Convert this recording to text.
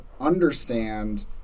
understand